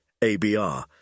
ABR